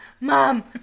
mom